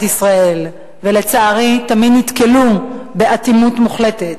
ישראל ולצערי תמיד נתקל באטימות מוחלטת.